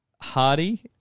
Hardy